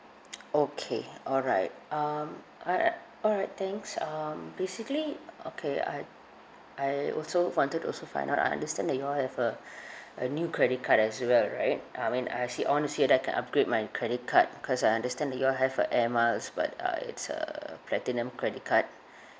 okay alright um alri~ alright thanks um basically okay I I also wanted to also find out I understand that you all have a a new credit card as well right I mean I see I wanna see if that can upgrade my credit card because I understand that you all have a air miles but uh it's a platinum credit card